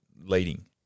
leading